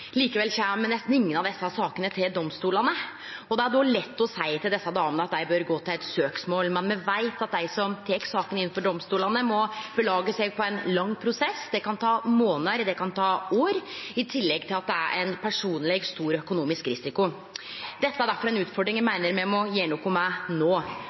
Likevel kjem nesten ingen av desse sakene til domstolane. Då er det lett å seie til desse damene at dei bør gå til søksmål, men me veit at dei som tek sakene inn for domstolane, må belage seg på ein lang prosess – det kan ta månader, det kan ta år – i tillegg til at det personleg er ein stor økonomisk risiko. Dette er difor ei utfordring eg meiner me må gjere noko med